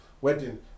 wedding